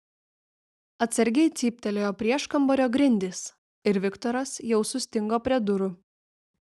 atsargiai cyptelėjo prieškambario grindys ir viktoras jau sustingo prie durų